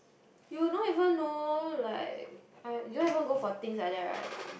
you don't even know like you don't haven't go for things like that right